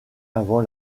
avant